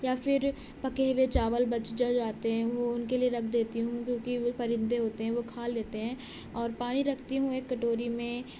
یا پھر پکے ہوئے چاول بچ جو جاتے ہیں وہ ان کے لیے رکھ دیتی ہوں کیونکہ وہ پرندے ہوتے ہیں وہ کھا لیتے ہیں اور پانی رکھتی ہوں ایک کٹوری میں